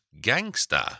Gangster